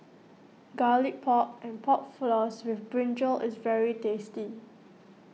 Garlic Pork and Pork Floss with Brinjal is very tasty